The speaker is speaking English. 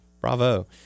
Bravo